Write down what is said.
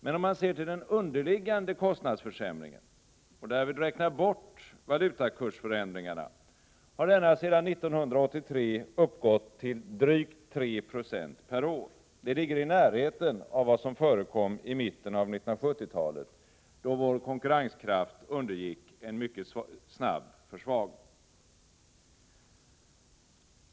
Men om man ser till den underliggande kostnadsförsämringen och därvid räknar bort valutakursförändringarna, har denna sedan 1983 uppgått till drygt 3 20 per år. Det ligger i närheten av vad som förekom i mitten av 1970-talet, då vår konkurrenskraft undergick en mycket snabb försvagning.